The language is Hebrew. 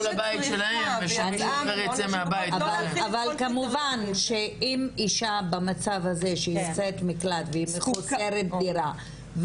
אבל כמובן שאם אישה במצב הזה שיוצאת ממקלט והיא מחוסרת דירה,